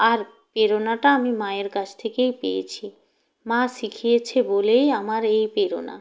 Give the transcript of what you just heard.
আর প্রেরণাটা আমি মায়ের কাছ থেকেই পেয়েছি মা শিখিয়েছে বলেই আমার এই প্রেরণা